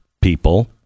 people